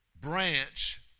branch